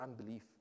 unbelief